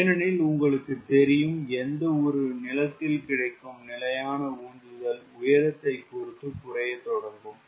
ஏனெனில் உங்களுக்கு தெரியும் எந்த ஒரு நிலத்தில் கிடைக்கும் நிலையான உந்துதல் உயரத்தை பொறுத்து குறைய தொடங்கும்